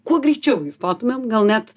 kuo greičiau įstotumėm gal net